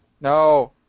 No